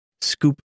Scoop